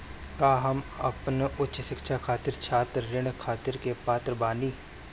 का हम अपन उच्च शिक्षा खातिर छात्र ऋण खातिर के पात्र बानी?